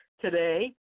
today